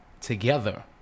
together